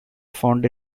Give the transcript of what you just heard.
found